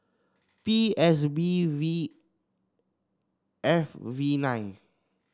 B S B V F V nine